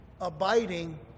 abiding